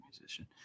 musician